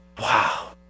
wow